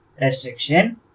restriction